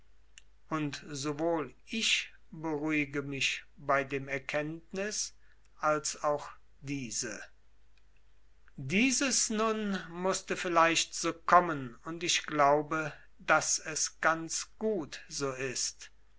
und sowohl ich beruhige mich bei dem erkenntnis als auch diese dieses nun mußte vielleicht so kommen und ich glaube daß es ganz gut so ist